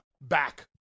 back